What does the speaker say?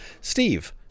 Steve